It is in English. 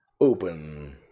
open